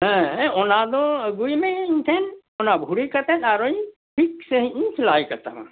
ᱦᱮᱸ ᱚᱱᱟ ᱫᱚ ᱟᱹᱜᱩᱭ ᱢᱮ ᱤᱧᱴᱷᱮᱱ ᱚᱱᱟ ᱵᱷᱩᱲᱤ ᱠᱟᱛᱮᱫ ᱟᱨᱦᱚᱧ ᱴᱷᱤᱠ ᱥᱟᱹᱦᱤᱡ ᱤᱧ ᱥᱮᱞᱟᱹᱭ ᱠᱟᱛᱟᱢᱟ